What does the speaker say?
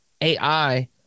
AI